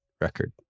record